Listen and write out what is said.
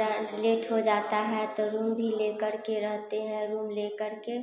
rent late हो जाता है तो रूम भी लेकर के रहते हैं रूम लेकर के